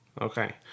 Okay